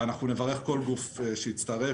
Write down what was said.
ואנחנו נברך כל גוף שיצטרף.